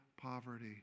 poverty